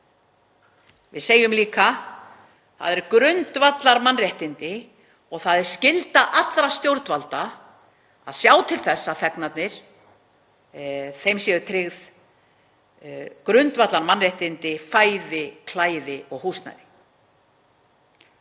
Við segjum líka: Það eru grundvallarmannréttindi og það er skylda allra stjórnvalda að sjá til þess að þegnunum séu tryggð grundvallarmannréttindi, fæði, klæði og húsnæði.